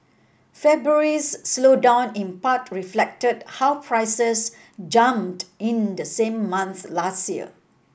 February's slowdown in part reflected how prices jumped in the same month last year